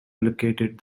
allocated